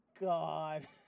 god